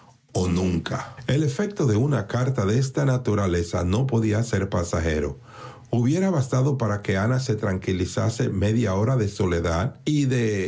o nunca el efecto de una carta de esta naturaleza podía ser pasajero hubiera bastado para que a se tranquilizase media hora de soledad y